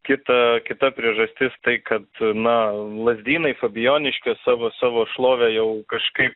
kita kita priežastis tai kad na lazdynai fabijoniškės savo savo šlovę jau kažkaip